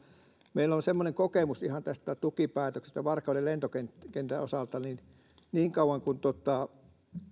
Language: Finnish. meillä on semmoinen kokemus ihan tästä tukipäätöksestä varkauden lentokentän osalta että niin kauan kuin